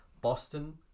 Boston